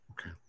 Okay